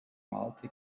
malte